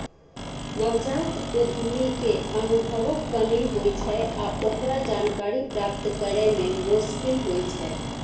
नवजात उद्यमी कें अनुभवक कमी होइ छै आ ओकरा जानकारी प्राप्त करै मे मोश्किल होइ छै